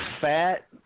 fat